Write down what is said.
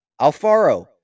Alfaro